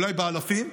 אולי באלפים,